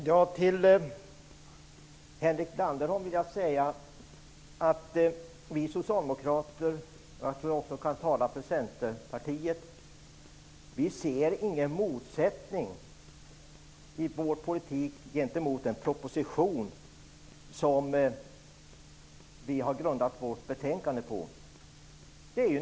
Herr talman! Vi socialdemokrater - och jag tror att jag i den här frågan också kan tala för Centerpartiet - ser ingen motsättning mellan vår politik och den proposition som vi har grundat vårt betänkande på.